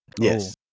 Yes